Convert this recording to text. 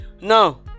Now